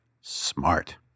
smart